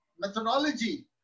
methodology